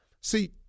See